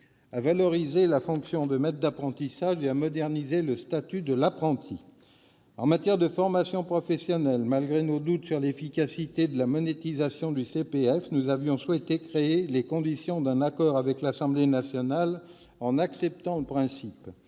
à valoriser la fonction de maître d'apprentissage et à moderniser le statut de l'apprenti. En matière de formation professionnelle, malgré nos doutes sur l'efficacité de la monétisation du compte personnel de formation, le CPF, nous avions souhaité créer les conditions d'un accord avec l'Assemblée nationale en en acceptant le principe.